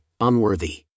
unworthy